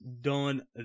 done